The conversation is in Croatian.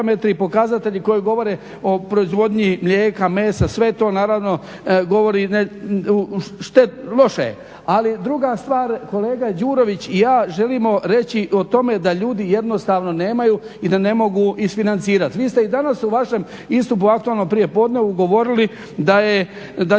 parametri, pokazatelji koji govore o proizvodnji mlijeka, mesa, sve je to naravno govori loše. Ali druga stvar kolega Đurović i ja želimo reći o tome da ljudi jednostavno nemaju i da ne mogu isfinancirati. Vi ste i danas u vašem istupu u aktualnom prijepodnevu govorili da će